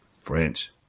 French